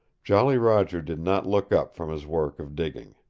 jolly roger did not look up from his work of digging.